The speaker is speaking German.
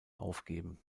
aufgeben